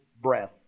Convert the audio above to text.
breath